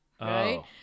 Right